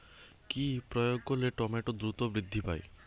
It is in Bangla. কি প্রয়োগ করলে টমেটো দ্রুত বৃদ্ধি পায়?